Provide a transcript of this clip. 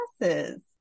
classes